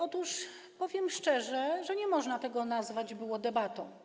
Otóż powiem szczerze, że nie można tego nazwać debatą.